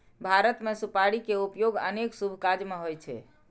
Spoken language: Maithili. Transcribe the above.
भारत मे सुपारी के उपयोग अनेक शुभ काज मे होइ छै